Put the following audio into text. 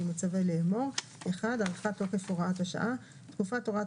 אני מצווה לאמור: הארכת תוקף הוראת השעה תקופת הוראת